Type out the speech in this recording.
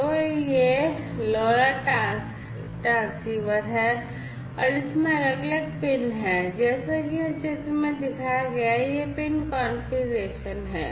तो यह यह LoRa ट्रांसीवर है और इसमें अलग अलग पिन हैं जैसा कि यहां चित्र में दिखाया गया है यह पिन कॉन्फ़िगरेशन है